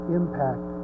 impact